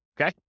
Okay